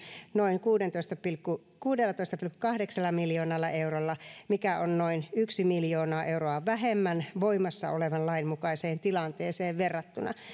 noin kuudellatoista pilkku kahdeksalla miljoonalla eurolla mikä on noin yksi miljoonaa euroa vähemmän voimassa olevan lain mukaiseen tilanteeseen verrattuna